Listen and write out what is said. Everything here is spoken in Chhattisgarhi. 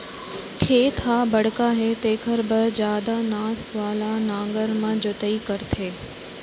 खेत ह बड़का हे तेखर बर जादा नास वाला नांगर म जोतई करथे